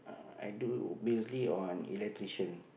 uh i do mainly on electrician